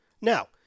Now